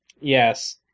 Yes